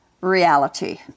reality